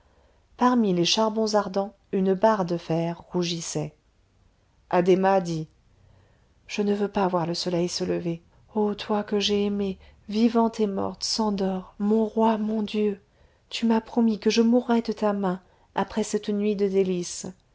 parmi les charbons ardents une barre de fer rougissait addhéma dit je ne veux pas voir le soleil se lever o toi que j'ai aimé vivante et morte szandor mon roi mon dieu tu m'as promis que je mourrais de ta main après cette nuit de délices